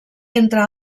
entre